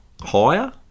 higher